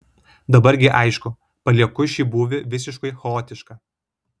dabar gi aišku palieku šį būvį visiškai chaotišką